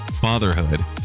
fatherhood